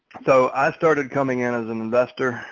so i started coming in as an investor,